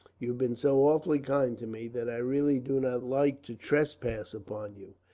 you've been so awfully kind to me, that i really do not like to trespass upon you.